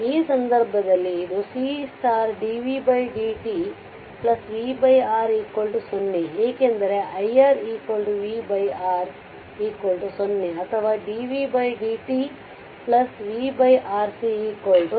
ಈ ಸಂದರ್ಭದಲ್ಲಿ ಇದು C dv dt v R 0 ಏಕೆಂದರೆ iR vR 0 ಅಥವಾ dv dt v RC 0